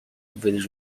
was